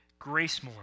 Gracemore